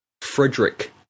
Frederick